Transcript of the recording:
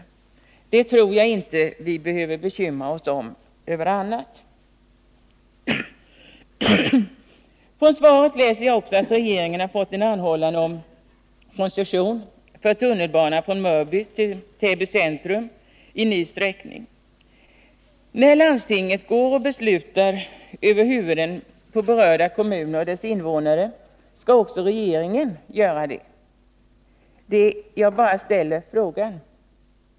Vi har ingen anledning att vänta oss något annat. Av svaret framgår också att regeringen har fått en anhållan om koncession för tunnelbanan från Mörby till Täby centrum i ny sträckning. När landstinget beslutar över huvudena på berörda kommuner och deras invånare, skall då också regeringen göra detta? Jag bara ställer frågan.